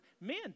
men